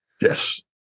Yes